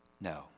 No